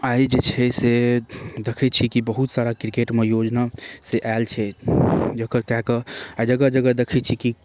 आइ जे छै से देखै छी कि बहुत सारा किरकेटमे योजना से आएल छै जकर कऽ कऽ आइ जगह जगह देखै छी कि